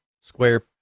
square